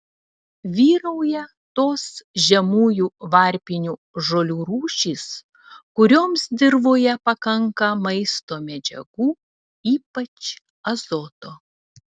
vyrauja tos žemųjų varpinių žolių rūšys kurioms dirvoje pakanka maisto medžiagų ypač azoto